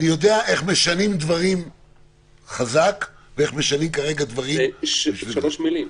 אני יודע איך משנים דברים חזק ואיך משנים כרגע דברים --- שלוש מילים.